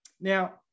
now